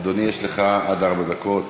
אדוני, יש לך עד ארבע דקות.